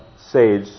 SAGE